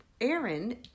Aaron